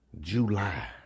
July